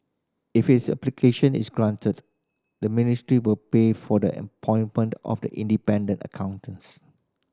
if its application is granted the ministry will pay for the appointment of the independent accountants